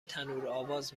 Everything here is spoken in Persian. تنورآواز